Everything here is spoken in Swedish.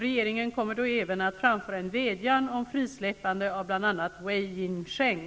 Regeringen kommer då även att framföra en vädjan om frisläppande av bl.a. Wei Jinsheng.